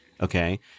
okay